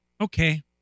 Okay